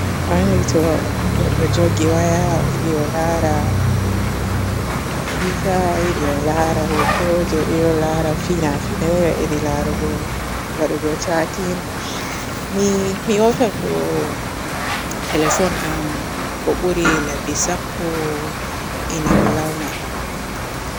Anndi to godɗo joogi waya o yiidi o laara umm wasika, o yiɗi o laara hotoje, o yiɗi o laara fina finay, o yiɗi larugo waadugo chatin. Mi hosato telefon am ko buri lami sappo e nalauma.